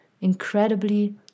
incredibly